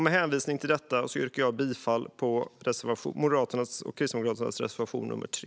Med hänvisning till detta yrkar jag bifall till Moderaternas och Kristdemokraternas reservation 3.